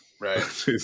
Right